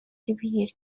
debut